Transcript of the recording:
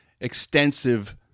extensive